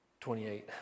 28